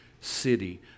city